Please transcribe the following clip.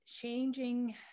Changing